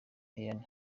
haile